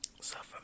suffer